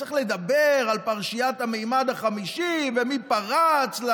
שצריך לדבר על פרשיית הממד החמישי ומי פרץ.